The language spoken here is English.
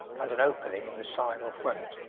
and an opening in the side or front.